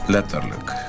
Letterlijk